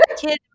kids